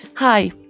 Hi